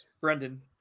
Brendan